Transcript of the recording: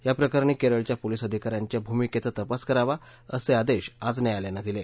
या प्रकरणी केरळच्या पोलीस अधिकाऱ्यांच्या भूमिकेचा तपास करावा असे आदेश आज न्यायालयानं दिले